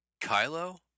Kylo